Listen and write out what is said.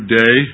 day